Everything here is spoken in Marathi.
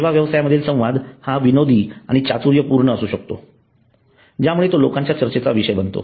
सेवा व्यवसायामधील संवाद हा विनोदी आणि चातुर्य पूर्ण असू शकतो ज्यामुळे तो लोकांच्या चर्चेचा विषय बनतो